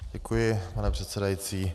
Děkuji, pane předsedající.